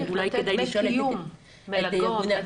אולי כדאי לשאול --- מלגות קיום.